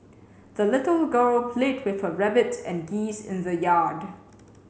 the little girl played with her rabbit and geese in the yard